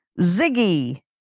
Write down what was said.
Ziggy